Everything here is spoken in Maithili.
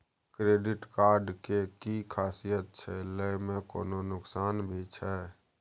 क्रेडिट कार्ड के कि खासियत छै, लय में कोनो नुकसान भी छै?